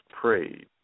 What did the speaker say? prayed